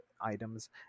items